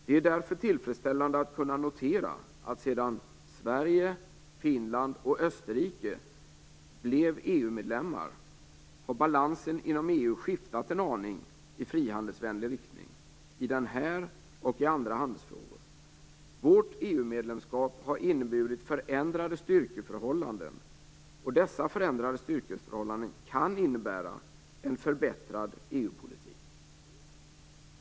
Det är därför tillfredsställande att kunna notera att sedan Sverige, Finland och Österrike blev EU medlemmar har balansen inom EU skiftat en aning i frihandelsvänlig riktning i den här frågan och i andra handelsfrågor. Vårt EU-medlemskap har inneburit förändrade styrkeförhållanden, och dessa förändrade styrkeförhållanden kan innebära en förbättrad EU politik.